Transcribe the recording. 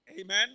Amen